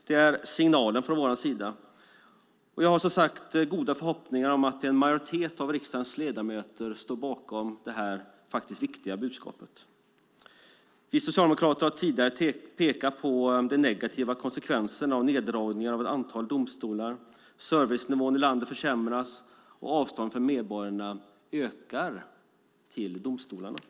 Det är signalen från vår sida, och jag har som sagt goda förhoppningar om att en majoritet av riksdagens ledamöter står bakom detta viktiga budskap. Vi socialdemokrater har tidigare pekat på de negativa konsekvenserna av neddragningar av ett antal domstolar. Servicenivån i landet försämras, och medborgarnas avstånd till domstolarna ökar.